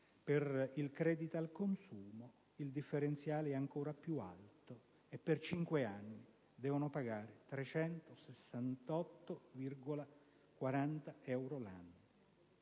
per il credito al consumo, il differenziale è invece ancora più alto, e per cinque anni devono pagare 368,40 euro l'anno.